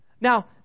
Now